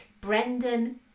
Brendan